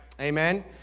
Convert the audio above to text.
amen